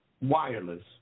wireless